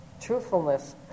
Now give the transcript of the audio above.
truthfulness